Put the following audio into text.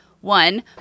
One